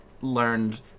learned